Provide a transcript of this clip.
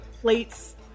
plates